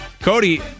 Cody